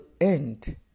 end